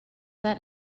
that